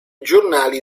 giornali